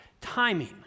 timing